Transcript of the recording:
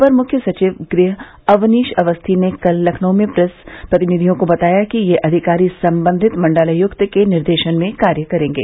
अपर मुख्य सचिव गृह अवनीश कुमार अवस्थी ने कल लखनऊ में प्रेस प्रतिनिधियों को बताया कि ये अधिकारी सम्बन्धित मण्डलायुक्त के निर्देशन में कार्य करेंगे